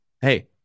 Hey